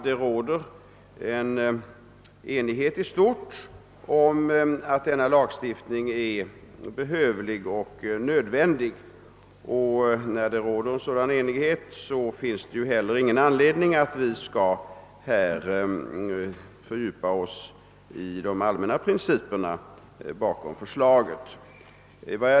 Det råder ju enighet i stort om att denna lagstiftning är behövlig och nödvändig, och då finns det heller inte någon anledning att fördjupa sig i de allmänna principerna bakom förslaget.